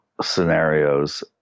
scenarios